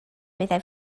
meddai